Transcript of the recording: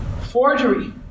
Forgery